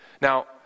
Now